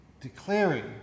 declaring